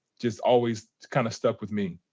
just always kind of stuck with me.